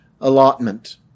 allotment